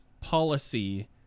policy